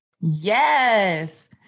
Yes